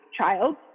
child